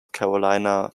carolina